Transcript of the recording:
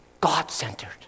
God-centered